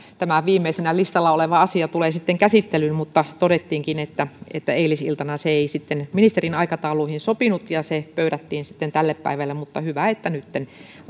tämä viimeisenä listalla oleva asia tulee käsittelyyn mutta sitten todettiinkin että että sinä iltana se ei ministerin aikatauluihin sopinut ja se pöydättiin sitten tälle päivälle mutta hyvä että nytten